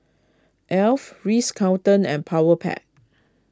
Alf Ritz Carlton and Powerpac